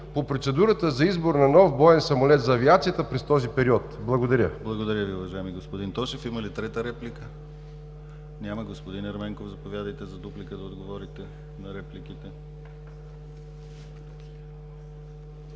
по процедурата за избор на нов боен самолет за авиацията през този период? Благодаря. ПРЕДСЕДАТЕЛ ДИМИТЪР ГЛАВЧЕВ: Благодаря Ви, уважаеми господин Тошев. Има ли трета реплика? Няма. Господин Ерменков, заповядайте за дуплика да отговорите на репликите.